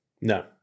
No